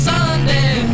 Sunday